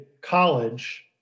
college